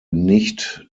nicht